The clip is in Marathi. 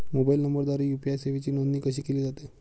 मोबाईल नंबरद्वारे यू.पी.आय सेवेची नोंदणी कशी केली जाते?